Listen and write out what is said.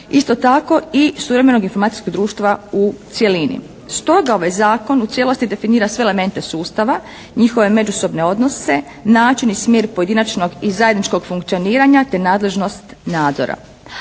isto tako i suvremenog informacijskog društva u cjelini. Stoga ovaj Zakon u cijelosti definira sve elemente sustava, njihove međusobne odnose, način i smjer pojedinačnog i zajedničkog funkcioniranja te nadležnost nadzora.